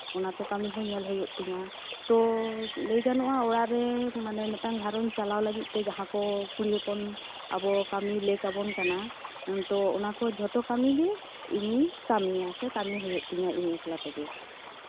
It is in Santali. ᱚᱱᱟ ᱠᱚ ᱠᱟᱹᱢᱤ ᱦᱚᱸ ᱧᱮᱞ ᱦᱩᱭᱩᱜ ᱛᱤᱧᱟ ᱛᱳ ᱞᱟᱹᱭ ᱜᱟᱱᱚᱜᱼᱟ ᱚᱲᱟᱜ ᱨᱮ ᱢᱟᱱᱮ ᱢᱤᱫᱴᱟᱱ ᱜᱷᱟᱨᱚᱸᱡᱽ ᱪᱟᱞᱟᱣ ᱞᱟᱜᱤᱫ ᱛᱮ ᱡᱟᱦᱟᱸ ᱠᱚ ᱠᱩᱲᱤ ᱦᱚᱯᱚᱱ ᱟᱵᱚ ᱠᱟᱹᱢᱤ ᱞᱮᱜᱽ ᱟᱵᱚᱱ ᱠᱟᱱᱟ ᱤᱧ ᱛᱚ ᱚᱱᱟ ᱠᱚ ᱡᱷᱚᱛᱚ ᱠᱟᱹᱢᱤ ᱜᱮ ᱤᱧ ᱠᱟᱹᱢᱤᱭᱟ ᱥᱮ ᱠᱟᱹᱢᱤ ᱦᱩᱭᱩᱜ ᱛᱤᱧᱟ ᱤᱧ ᱮᱠᱞᱟ ᱛᱮᱜᱮ